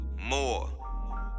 More